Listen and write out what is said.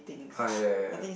ah ya ya ya